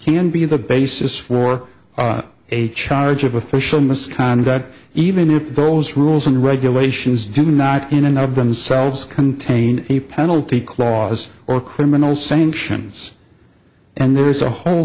can be the basis for a charge of official misconduct even if those rules and regulations do not in and of themselves contain a penalty clause or criminal sanctions and there is a whole